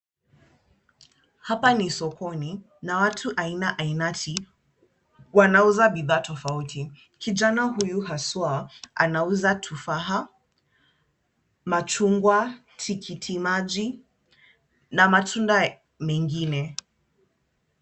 Hapa ni sokoni na watu aina ainati wanauza bidha tofauti. Kijana huyu haswa anauza tufaha, machungwa, tikiti maji na matunda mengine.